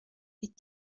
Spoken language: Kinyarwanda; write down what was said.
icyo